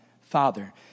father